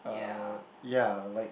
uh ya like